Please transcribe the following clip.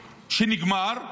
שנגמר,